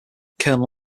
colonel